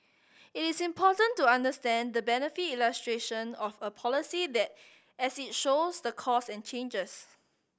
it is important to understand the benefit illustration of a policy as it shows the costs and charges